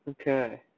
Okay